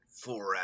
forever